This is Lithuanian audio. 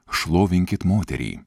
šlovinkit moterį